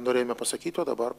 norėjome pasakyti o dabar